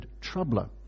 troubler